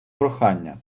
прохання